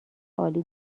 عالی